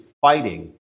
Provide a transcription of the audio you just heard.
fighting